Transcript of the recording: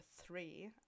three